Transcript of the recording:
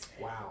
Wow